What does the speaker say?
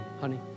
honey